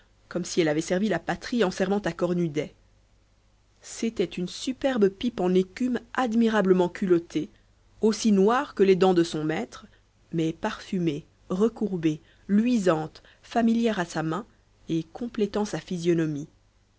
comme si elle avait servi la patrie en servant à cornudet c'était une superbe pipe en écume admirablement culottée aussi noire que les dents de son maître mais parfumée recourbée luisante familière à sa main et complétant sa physionomie